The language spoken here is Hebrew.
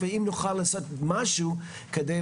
ואם נוכל לעשות משהו כדי